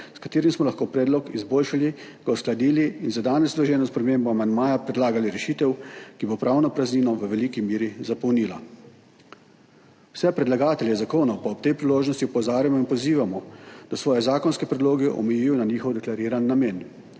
s katerim smo lahko predlog izboljšali, ga uskladili in za danes vloženo spremembo amandmaja predlagali rešitev, ki bo pravno praznino v veliki meri zapolnila. Vse predlagatelje zakonov pa ob tej priložnosti opozarjamo in pozivamo, da svoje zakonske predloge omejijo na njihov deklariran namen.